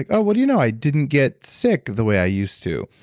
like oh what do you know i didn't get sick the way i used to.